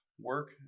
work